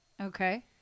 Okay